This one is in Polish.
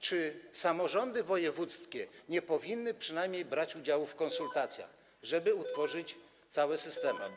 Czy samorządy wojewódzkie nie powinny przynajmniej brać udziału w konsultacjach, żeby utworzyć całe systemy?